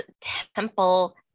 Temple